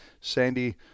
sandy